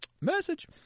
Message